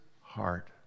heart